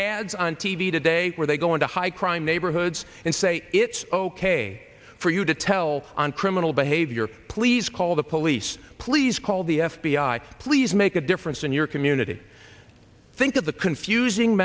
ads on t v today where they go into high crime neighborhoods and say it's ok for you to tell on criminal behavior please call the police please call the f b i please make a difference in your community think of the confusing